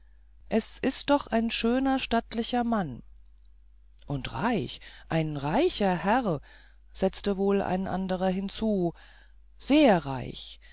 es ist doch ein schöner stattlicher mann und reich ein reicher herr setzte wohl ein anderer hinzu sehr reich